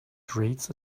creates